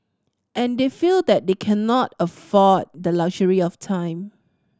and they feel that they cannot afford the luxury of time